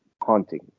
haunting